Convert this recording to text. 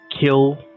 kill